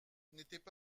n’étaient